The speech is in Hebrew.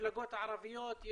המפלגות הערביות,